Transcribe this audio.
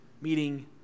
meeting